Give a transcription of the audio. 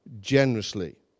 generously